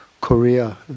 Korea